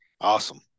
Awesome